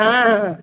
हँ हँ